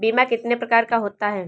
बीमा कितने प्रकार का होता है?